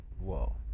Whoa